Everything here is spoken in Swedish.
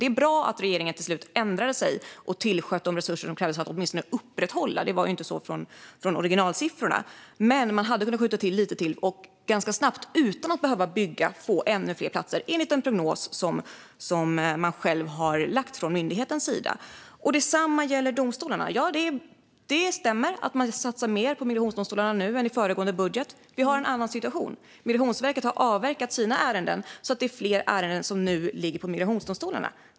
Det är bra att regeringen till slut ändrade sig och tillsköt de resurser som krävs för att åtminstone upprätthålla detta - så såg det ju inte ut i originalsiffrorna - men den hade kunnat skjuta till lite till. Då hade vi ganska snabbt och utan att behöva bygga kunnat få ännu fler platser, enligt den prognos som myndigheten själv har gjort. Detsamma gäller domstolarna. Det stämmer att man ska satsa mer på migrationsdomstolarna nu än i föregående budget, men vi har en annan situation. Migrationsverket har avverkat sina ärenden, så det är fler ärenden som nu ligger på migrationsdomstolarna.